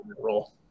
role